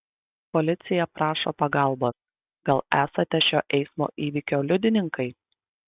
policija prašo pagalbos gal esate šio eismo įvykio liudininkai